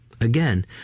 again